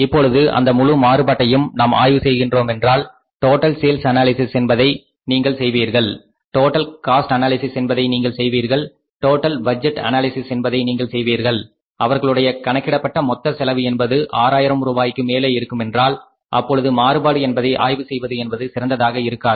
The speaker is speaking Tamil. இப்பொழுது அந்த முழு மாறுபட்டயும் நாம் ஆய்வு செய்கின்றோமென்றால் டோடல் சேல்ஸ் அனாலிசிஸ் என்பதை நீங்கள் செய்வீர்கள் டோடல் காஸ்ட் அனாலிசிஸ் என்பதை நீங்கள் செய்வீர்கள் டோடல் பட்ஜெட் அனாலிசிஸ் என்பதை நீங்கள் செய்வீர்கள் அவர்களுடைய கணக்கிடப்பட்ட மொத்த செலவு என்பது ஆயிரம் ரூபாய்க்கு மேலே இருக்குமென்றால் அப்பொழுது மாறுபாடு என்பதை ஆய்வு செய்வது என்பது சிறந்ததாக இருக்காது